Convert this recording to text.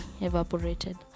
evaporated